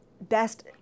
best